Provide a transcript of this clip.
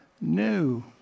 new